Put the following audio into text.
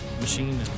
machine